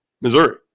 Missouri